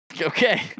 Okay